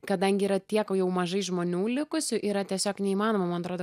kadangi yra tiek jau mažai žmonių likusių yra tiesiog neįmanoma man atrodo